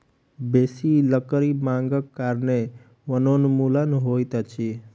बेसी लकड़ी मांगक कारणें वनोन्मूलन होइत अछि